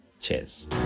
Cheers